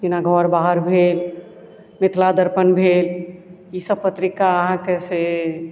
जेना घर बाहर भेल मिथिला दर्पण भेल ईसभ पत्रिका अहाँके से